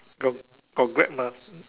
got got Grab mah